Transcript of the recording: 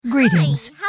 Greetings